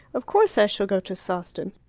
of course i shall go to sawston.